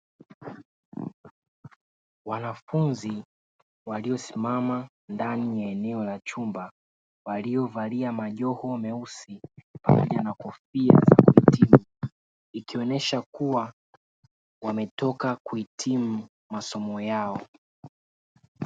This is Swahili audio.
Wanafunzi waliosimama ndani ya eneo la chumba; waliovalia majoho meusi pamoja na kofia za kuhitimu, ikionesha kuwa wametoka kuhitimu masomo yao.